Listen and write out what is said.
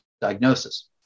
diagnosis